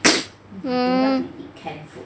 hmm